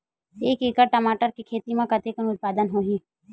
एक एकड़ टमाटर के खेती म कतेकन उत्पादन होही?